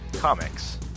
Comics